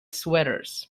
sweaters